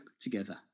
together